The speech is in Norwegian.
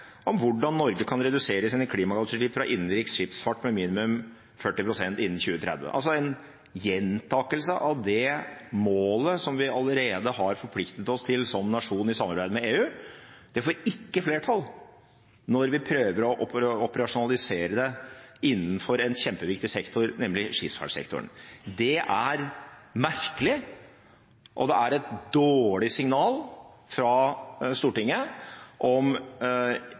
om hvordan Norge kan redusere sine klimautslipp fra innenriks skipsfart med minimum 40 pst. innen 2030. Altså en gjentakelse av det målet som vi allerede har forpliktet oss til som nasjon i samarbeid med EU. Det får ikke flertall når vi prøver å operasjonalisere det innenfor en kjempeviktig sektor, nemlig skipsfartssektoren. Det er merkelig, og det er et dårlig signal fra Stortinget om